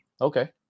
Okay